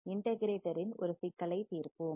இண்டகிரேட்டரின் ஒரு சிக்கலை தீர்ப்போம்